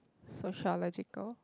sociological